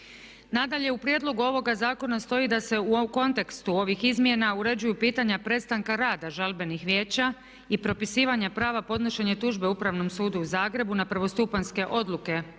Nadalje u prijedlogu ovoga zakona stoji da se u kontekstu ovih izmjena uređuju pitanja prestanka rada žalbenih vijeća i propisivanja prava podnošenja tužbe Upravom sudu u Zagrebu na prvostupanjske odluke